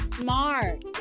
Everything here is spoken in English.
smart